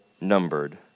numbered